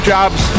Jobs